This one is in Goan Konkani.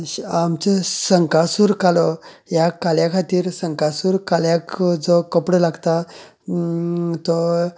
आमचे संकासुर कालो ह्या काल्या खातीर संकासुर काल्याक जो कपडो लागता तो